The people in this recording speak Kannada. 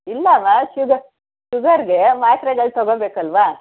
ಇಲ್ಲಮ್ಮ ಶುಗ ಶುಗರ್ಗೆ ಮಾತ್ರೆಗಳು ತಗೋಬೇಕಲ್ಲವಾ